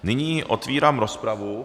Nyní otvírám rozpravu.